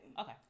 okay